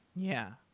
yeah.